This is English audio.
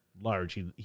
large